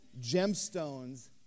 gemstones